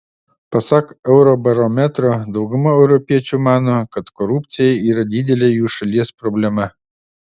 pasak eurobarometro dauguma europiečių mano kad korupcija yra didelė jų šalies problema